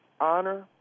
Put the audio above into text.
honor